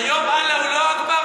היום אללהו לא אכבר?